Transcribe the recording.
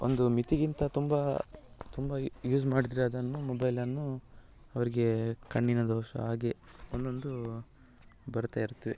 ಒಂದು ಮಿತಿಗಿಂತ ತುಂಬ ತುಂಬ ಯೂಸ್ ಮಾಡಿದರೆ ಅದನ್ನು ಮೊಬೈಲನ್ನು ಅವರಿಗೆ ಕಣ್ಣಿನ ದೋಷ ಹಾಗೇ ಒಂದೊಂದು ಬರುತ್ತಾ ಇರುತ್ವೆ